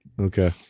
Okay